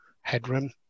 headroom